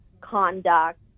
conduct